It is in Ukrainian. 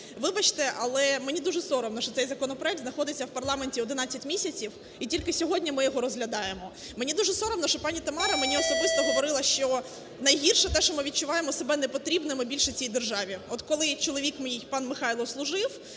Вибачте, але мені дуже соромно, що цей законопроект знаходиться у парламенті 11 місяців, і тільки сьогодні ми його розглядаємо. Мені дуже соромно, що пані Тамара мені особисто говорила, що найгірше – те, що ми відчуваємо себе непотрібними більше в цій державі. От коли чоловік мій, пан Михайло, служив,